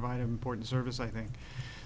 provide important service i think